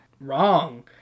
Wrong